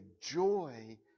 joy